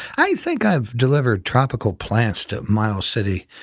i think i've delivered tropical plants to miles city,